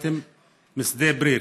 פוספטים בשדה בריר,